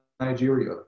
Nigeria